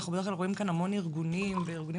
אנחנו בדרך כלל עוברים כאן המון ארגונים וארגונים